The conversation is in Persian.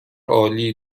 عالی